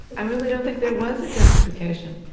i really don't think there was a justification.